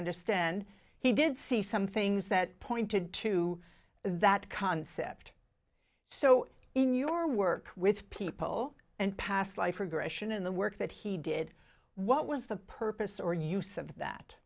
understand he did see some things that pointed to that concept so in your work with people and past life regression in the work that he did what was the purpose or use of that